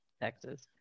Texas